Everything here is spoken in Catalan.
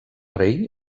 rei